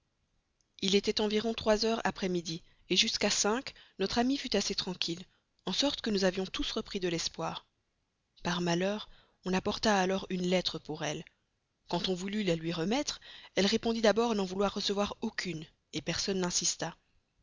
il était environ trois heures après-midi jusqu'à cinq notre amie fut assez tranquille en sorte que nous avions tous repris de l'espoir par malheur on apporta alors une lettre pour elle quand on voulut la lui remettre elle répondit n'en vouloir recevoir aucune personne n'insista